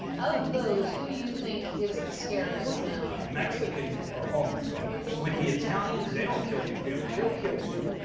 of those, who do you think is the scariest now? oh, the mexicans. oh, my god. with the italians, they don't kill your family. they'll kill you.